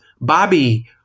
Bobby